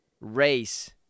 race